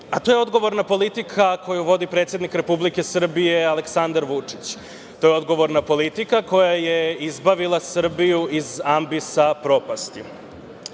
a to je odgovorna politika koju vodi predsednik Republike Srbije Aleksandar Vučić. To je odgovorna politika koja je izbavila Srbiju iz ambisa propasti. Želim